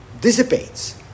dissipates